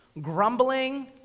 Grumbling